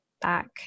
back